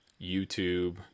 YouTube